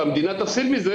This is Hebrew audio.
והמדינה תפסיד מזה,